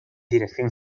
dirección